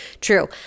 true